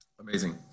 Amazing